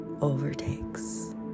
overtakes